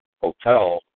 hotel